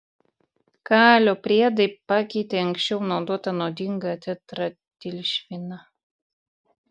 kalio priedai pakeitė anksčiau naudotą nuodingą tetraetilšviną